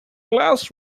glass